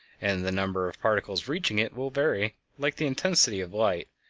and the number of particles reaching it will vary, like the intensity of light,